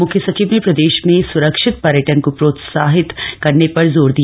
मुख्य सचिव ने प्रदेश में सुरक्षित पर्यटन को प्रोत्साहित करने पर जोर दिया